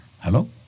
Hello